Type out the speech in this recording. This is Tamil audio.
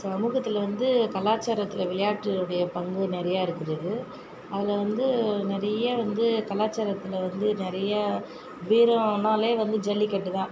சமூகத்தில் வந்து கலாச்சாரத்தில் விளையாட்டினுடைய பங்கு நிறையா இருக்கிறது அதில் வந்து நிறைய வந்து கலாச்சாரத்தில் வந்து நிறையா வீரம்னாலே வந்து ஜல்லிக்கட்டு தான்